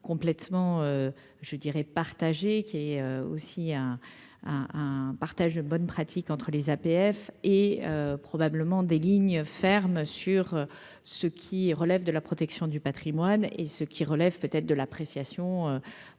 complètement je dirais partagé qui est aussi à à un partage de bonnes pratiques entre les APF et probablement des lignes ferme sur ce qui relève de la protection du Patrimoine et ce qui relève peut-être de l'appréciation